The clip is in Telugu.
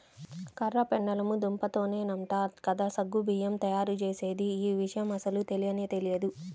కర్ర పెండలము దుంపతోనేనంట కదా సగ్గు బియ్యం తయ్యారుజేసేది, యీ విషయం అస్సలు తెలియనే తెలియదు